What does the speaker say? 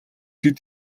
хэд